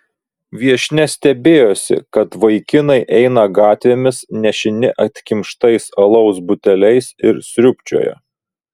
viešnia stebėjosi kad vaikinai eina gatvėmis nešini atkimštais alaus buteliais ir sriūbčioja